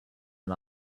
and